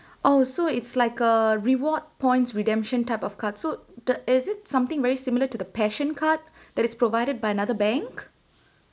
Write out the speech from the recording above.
oh so it's like a reward points redemption type of cards so the is it something very similar to the passion card that is provided by another bank